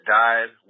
died